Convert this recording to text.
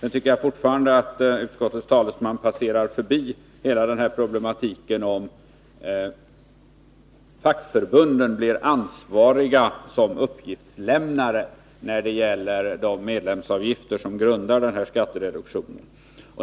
Jag tycker fortfarande att utskottets talesman går förbi hela problematiken om fackförbundens ansvar som uppgiftslämnare när det gäller de medlemsavgifter som ligger till grund för den här skattereduktionen.